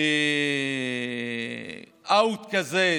באאוט כזה,